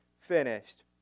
finished